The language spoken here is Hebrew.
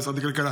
ממשרד הכלכלה